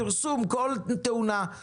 פרסום כל תאונה, סיכום,